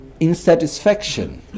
insatisfaction